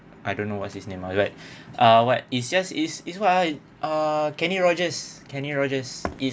I don't know what's his name lah like ah what is just is is what ah uh kenny rogers kenny rogers is